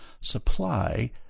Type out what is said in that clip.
supply